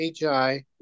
hi